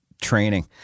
training